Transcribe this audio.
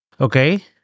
okay